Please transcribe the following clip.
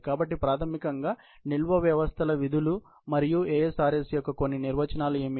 కాబట్టి ప్రాథమికంగా నిల్వ వ్యవస్థల విధులు మరియు ASRS యొక్క కొన్ని నిర్వచనాలు ఏమిటి